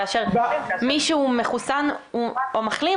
כאשר מי שהוא מחוסן או מחלים,